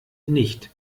nicht